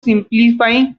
simplifying